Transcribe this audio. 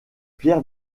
pierre